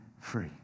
free